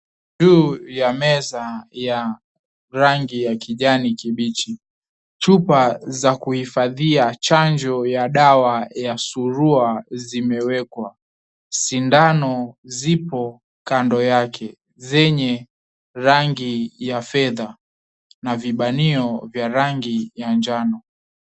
Juu ya meza ya rangi ya kijani kibichi. Chupa za kuhifadhia chanjo ya dawa ya surua zimewekwa. Sindano zipo kando yake zenye rangi ya fedha na vibanio vya rangi ya njano.